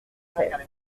seize